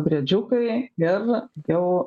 briedžiukai ir jau